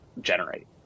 generate